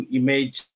image